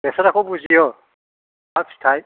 लेस्राखौ बुजियो खुमब्रा फिथाय